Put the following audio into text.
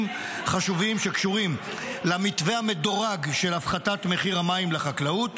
חשובים שקשורים למתווה המדורג של הפחתת מחיר המים לחקלאות,